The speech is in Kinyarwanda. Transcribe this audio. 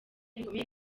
bikomeye